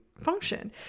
function